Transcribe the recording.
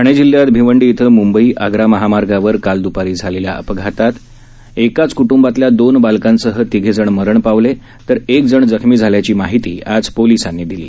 ठाणे जिल्ह्यात भिवंडी इथं मंबई आग्रा महामार्गावर काल दपारी झालेल्या अपघातात एकाच कृटूंबातल्या दोन बालकांसह तिघेजण मरण पावले तर एकजण जखमी झाल्याची माहिती आज पोलिसांनी दिली